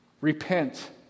Repent